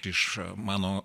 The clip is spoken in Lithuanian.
iš mano